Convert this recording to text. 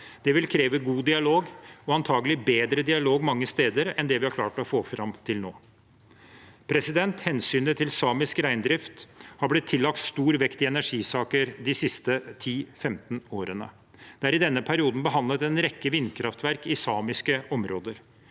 Det vil kreve god dialog og antakelig bedre dialog mange steder enn det vi har klart å få til fram til nå. Hensynet til samisk reindrift har blitt tillagt stor vekt i energisaker de siste 10–15 årene. Det er i denne perioden behandlet en rekke vindkraftverk i samiske områder.